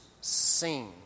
seen